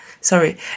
sorry